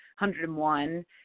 101